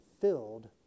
filled